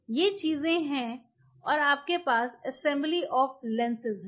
ये चीजें हैं और आपके पास असेंबली ऑफ लेंस है